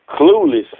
clueless